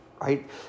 right